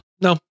no